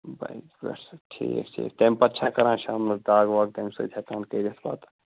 بائیکہِ پٮ۪ٹھ ٹھیٖک چھُ تَمہِ پَتہٕ چھا کران شامنَس دَگ وَگ تَمہِ سۭتۍ ہٮ۪کہون کٔرِتھ پَتہٕ